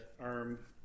arm